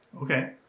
Okay